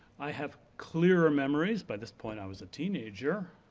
i have clearer memories, by this point i was a teenager,